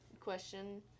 question